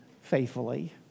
faithfully